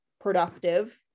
productive